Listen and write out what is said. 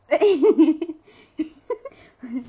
uh eh